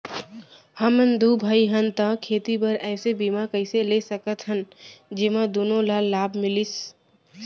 हमन दू भाई हन ता खेती बर ऐसे बीमा कइसे ले सकत हन जेमा दूनो ला लाभ मिलिस सकए?